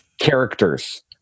characters